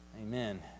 Amen